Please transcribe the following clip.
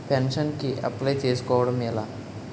Pension కి apply చేసుకోవడం ఎలా?